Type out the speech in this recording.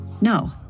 No